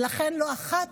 ולכן, לא אחת,